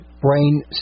brain